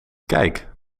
kijk